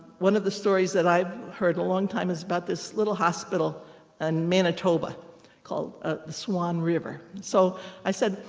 one of the stories that i've heard a long time is about this little hospital in and manitoba called ah the swan river. so i said,